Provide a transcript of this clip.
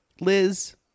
Liz